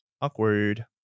Awkward